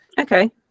Okay